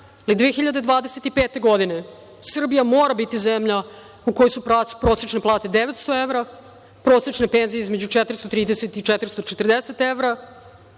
ali 2025. godine Srbija mora biti zemlja u kojoj su prosečne plate 900 evra, prosečne penzije između 430 i 440 evra,